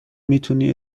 میتونی